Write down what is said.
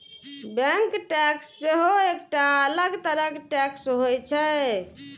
bank tax सेहो एकटा अलग तरह टैक्स होइ छै